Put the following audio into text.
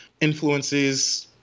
influences